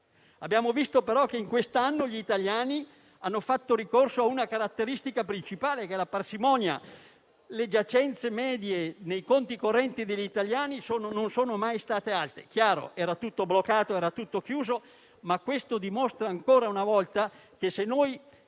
Abbiamo visto però che nell'ultimo anno gli italiani hanno fatto ricorso a una loro caratteristica principale, che è la parsimonia. Le giacenze medie nei conti correnti degli italiani non sono mai state alte. Chiaramente era tutto bloccato e chiuso, ma questo dimostra, ancora una volta, che se